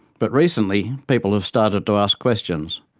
but recently people have started to ask questions,